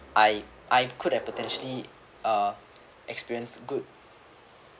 I I could have potentially uh experienced good